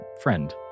friend